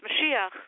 Mashiach